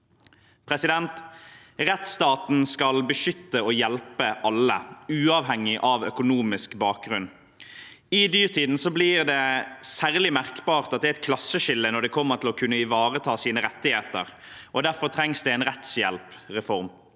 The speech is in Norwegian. for de få. Rettsstaten skal beskytte og hjelpe alle, uavhengig av økonomisk bakgrunn. I dyrtiden blir det særlig merkbart at det er et klasseskille når det gjelder å kunne ivareta sine rettigheter. Derfor trengs det en rettshjelpsreform.